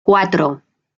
cuatro